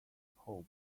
pope